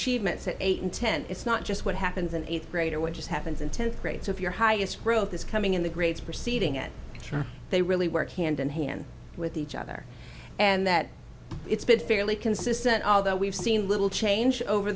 achievements at eight and ten it's not just what happens in eighth grade or which is happens in tenth grade so if your highest growth is coming in the grades preceding it they really work hand in hand with each other and that it's been fairly consistent although we've seen little change over